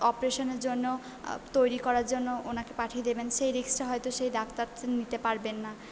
অপরেশনের জন্য তৈরি করার জন্য ওনাকে পাঠিয়ে দেবেন সেই রিস্কটা হয়তো সেই ডাক্তারটা নিতে পারবেন না